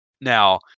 Now